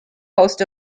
host